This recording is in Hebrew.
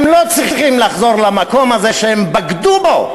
הם לא צריכים לחזור למקום הזה שהם בגדו בו.